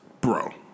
bro